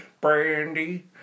Brandy